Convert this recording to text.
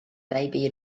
baby